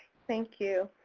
thank you.